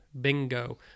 Bingo